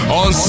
on